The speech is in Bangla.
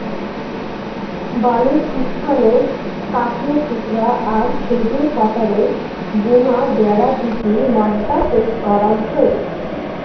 বালুচিস্তানে কাঠের টুকরা আর খেজুর পাতারে বুনা বেড়া দিকি মাড্ডা সেচ করাং হই